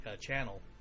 channel